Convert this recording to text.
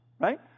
Right